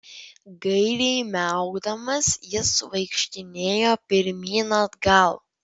gailiai miaukdamas jis vaikštinėjo pirmyn atgal